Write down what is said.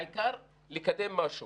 העיקר לקדם משהו.